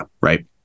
right